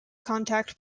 contact